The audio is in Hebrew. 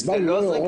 הסברנו.